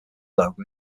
logo